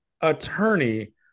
attorney